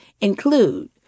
include